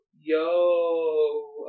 Yo